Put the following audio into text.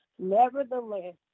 Nevertheless